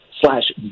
slash